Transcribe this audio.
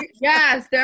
yes